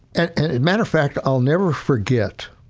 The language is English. and and and matter of fact, i'll never forget